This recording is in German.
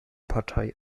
partei